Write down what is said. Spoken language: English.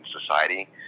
society